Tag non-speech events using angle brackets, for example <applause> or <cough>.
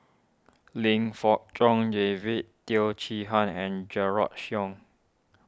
Lim Fong John David Teo Chee Hean and <unintelligible> Yong